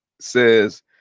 says